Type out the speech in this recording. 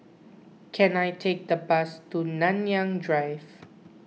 can I take a bus to Nanyang Drive